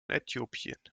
äthiopien